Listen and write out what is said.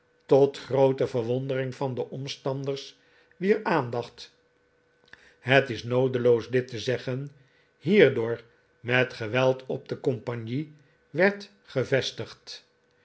tot groote verwondering van de omstanders wier aandacht het is noodeloos dit te zeggen hierdoor met geweld op de compagnie werd gevestigd